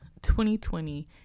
2020